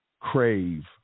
crave